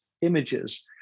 images